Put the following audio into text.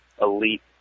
elite